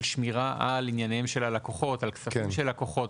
שמירה על ענייניהם ועל כספם של הלקוחות.